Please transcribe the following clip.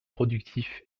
productif